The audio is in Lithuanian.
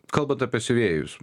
kalbant apie siuvėjus